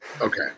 Okay